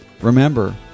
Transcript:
remember